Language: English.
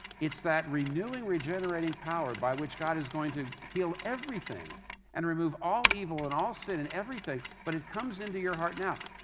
it's that renewing, regenerating power by which god is going to heal everything and remove all evil and all sin and everything but it comes into your heart now,